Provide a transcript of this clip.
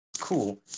Cool